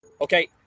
Okay